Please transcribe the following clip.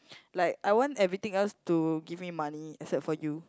like I want everything else to give me money except for you